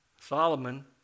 Solomon